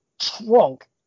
trunk